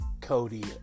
Cody